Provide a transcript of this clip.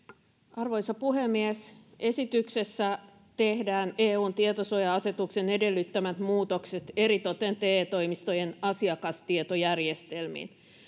arvoisa puhemies esityksessä tehdään eun tietosuoja asetuksen edellyttämät muutokset eritoten te toimistojen asiakastietojärjestelmiin